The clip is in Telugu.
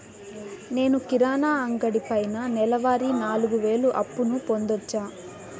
నేను కిరాణా అంగడి పైన నెలవారి నాలుగు వేలు అప్పును పొందొచ్చా?